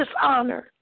dishonored